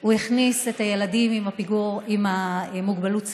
הוא הכניס ילדים עם מוגבלות שכלית,